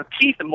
Keith